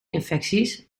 infecties